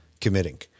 committing